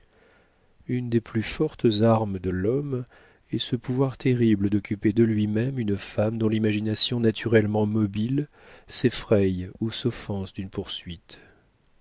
une des plus fortes armes de l'homme est ce pouvoir terrible d'occuper de lui-même une femme dont l'imagination naturellement mobile s'effraie ou s'offense d'une poursuite